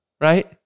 Right